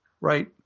right